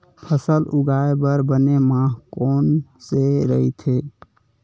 फसल उगाये बर बने माह कोन से राइथे?